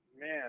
Man